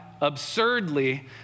absurdly